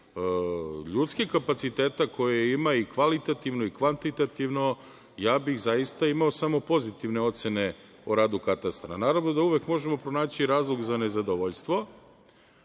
ljudskih kapaciteta koje ima i kvalitativno i kvantitativno. Ja bih zaista imao samo pozitivne ocene o radu katastra. Naravno, da uvek možemo pronaći razlog za nezadovoljstvo,